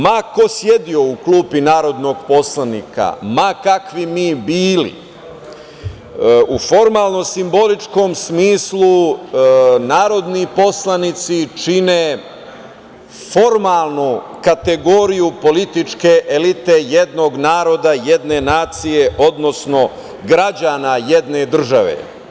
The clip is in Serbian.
Ma ko sedeo u klupi narodnog poslanika, ma kakvi mi bili, u formalno simboličkom smislu, narodni poslanici čine formalnu kategoriju političke elite jednog naroda, jedne nacije, odnosno građana jedne države.